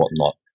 whatnot